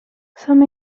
some